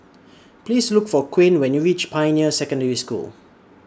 Please Look For Quinn when YOU REACH Pioneer Secondary School